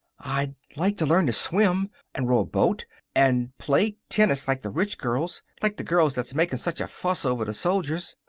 i'd like to learn to swim and row a boat and play tennis like the rich girls like the girls that's making such a fuss over the soldiers.